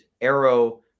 Arrow